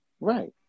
Right